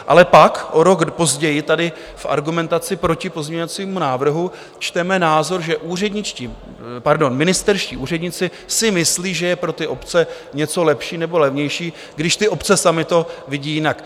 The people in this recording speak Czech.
Ale pak, o rok později, tady v argumentaci proti pozměňovacímu návrhu čteme názor, že ministerští úředníci si myslí, že je pro obce něco lepší nebo levnější, když ty obce samy to vidí jinak.